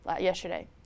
yesterday